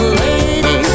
lady